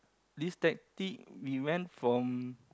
this tactic we went from